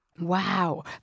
Wow